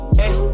hey